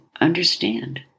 understand